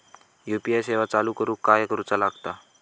UPI सेवा चालू करूक काय करूचा लागता?